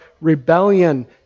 rebellion